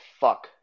fuck